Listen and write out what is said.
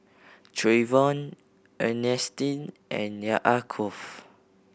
Trayvon Earnestine and Yaakov